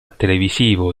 televisivo